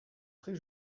prés